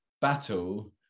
battle